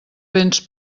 vents